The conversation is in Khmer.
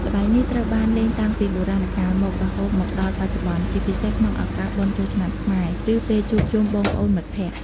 ល្បែងនេះត្រូវបានលេងតាំងពីបុរាណកាលមក រហូតមកដល់បច្ចុប្បន្ន ជាពិសេសក្នុងឱកាសបុណ្យចូលឆ្នាំខ្មែរ ឬពេលជួបជុំបងប្អូនមិត្តភក្តិ។